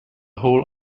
whole